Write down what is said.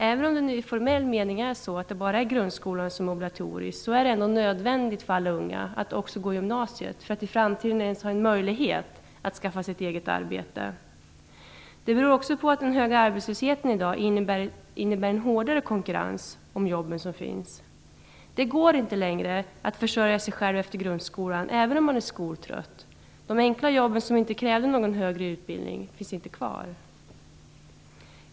Även om det i formell mening bara är grundskolan som är obligatorisk, är det ändå nödvändigt för alla unga att också genomgå gymnasiet, för att i framtiden åtminstone ha en möjlighet att skaffa sig ett eget arbete. Det beror också på att den höga arbetslösheten i dag leder till en hårdare konkurrens om de jobb som finns. Det går inte längre att försörja sig själv efter grundskolan, även om man är skoltrött. De enkla jobb som inte krävde någon högre utbildning finns inte kvar.